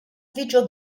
video